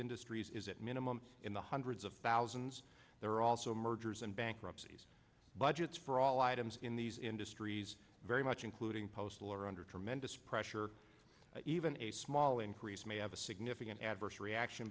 industries is at minimum in the hundreds of thousands there are also mergers and bankruptcies budgets for all items in these industries very much including postal are under tremendous pressure even a small increase may have a significant adverse reaction